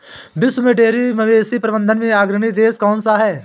विश्व में डेयरी मवेशी प्रबंधन में अग्रणी देश कौन सा है?